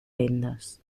rendes